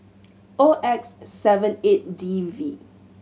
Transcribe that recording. O X seven eight D V